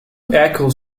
echoes